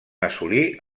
assolir